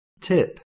Tip